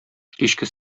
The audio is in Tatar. кичке